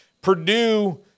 Purdue